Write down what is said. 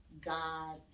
God